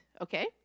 okay